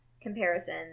comparison